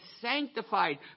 sanctified